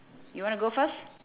you want to go first